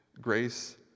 grace